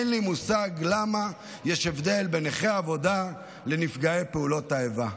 אין לי מושג למה יש הבדל בין נכי עבודה לנפגעי פעולות איבה,